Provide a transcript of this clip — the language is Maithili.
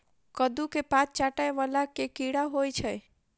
कद्दू केँ पात चाटय वला केँ कीड़ा होइ छै?